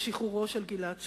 לשחרור גלעד שליט.